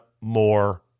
more